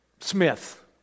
Smith